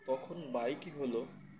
তখন বাইকই হলো